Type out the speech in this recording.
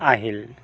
আহিল